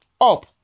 Up